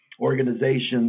Organizations